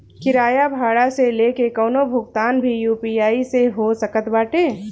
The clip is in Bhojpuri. किराया भाड़ा से लेके कवनो भुगतान भी यू.पी.आई से हो सकत बाटे